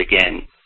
again